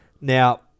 Now